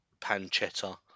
pancetta